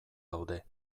daude